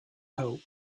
hope